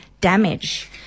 damage